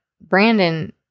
Brandon